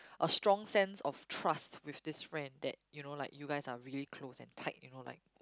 a strong sense of trust with this friend that you know like you guys are really close and tight you know like